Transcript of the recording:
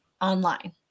online